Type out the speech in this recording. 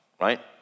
right